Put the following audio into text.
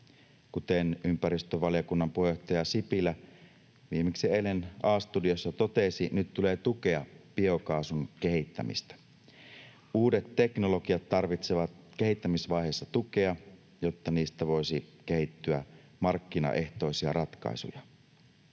Kuten ympäristövaliokunnan puheenjohtaja Sipilä viimeksi eilen A-studiossa totesi, nyt tulee tukea biokaasun kehittämistä. Uudet teknologiat tarvitsevat kehittämisvaiheessa tukea, jotta niistä voisi kehittyä markkinaehtoisia ratkaisuja.